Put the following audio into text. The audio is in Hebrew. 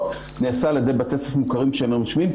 נעשה על ידי בתי ספר מוכרים שאינם רשמיים,